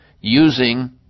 using